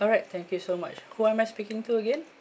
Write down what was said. alright thank you so much who am I speaking to again